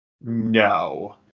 No